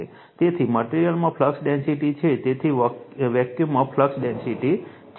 તેથી મટેરીઅલમાં flux density છે તેથી વેક્યૂમમાં ફ્લક્સ ડેન્સિટી છે